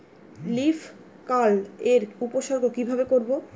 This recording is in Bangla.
লিফ কার্ল এর উপসর্গ কিভাবে করব?